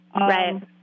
Right